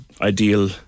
ideal